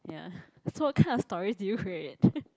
ya so what kind of stories did you create